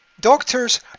Doctors